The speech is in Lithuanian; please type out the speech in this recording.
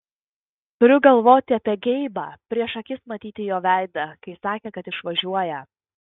turiu galvoti apie geibą prieš akis matyti jo veidą kai sakė kad išvažiuoja